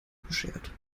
beschert